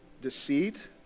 deceit